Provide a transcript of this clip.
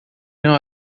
não